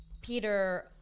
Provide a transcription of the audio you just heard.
Peter